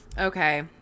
Okay